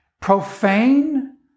profane